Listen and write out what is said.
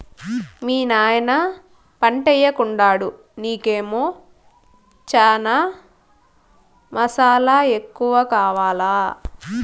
మీ నాయన పంటయ్యెకుండాడు నీకేమో చనా మసాలా ఎక్కువ కావాలా